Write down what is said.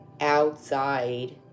outside